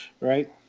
right